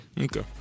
Okay